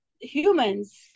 humans